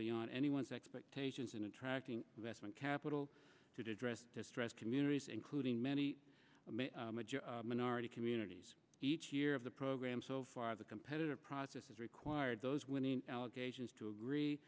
beyond anyone's expectations in attracting investment capital to address distressed communities including many minority communities each year of the program so far the competitive process has required those winning allegations to agree